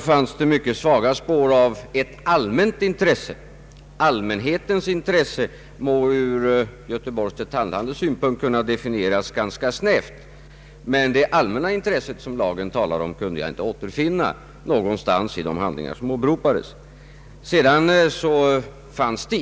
framgår att det allmänna intresset var mycket svagt. Allmänhetens intresse må ur Göteborgs detaljhandels synpunkt kunna definieras ganska snävt, men det allmänna intresset som lagen talar om kunde jag inte återfinna någonstans i de handlingar som åberopades.